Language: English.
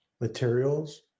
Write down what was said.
materials